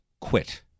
quit